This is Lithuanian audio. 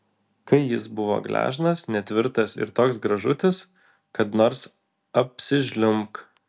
kai jis buvo gležnas netvirtas ir toks gražutis kad nors apsižliumbk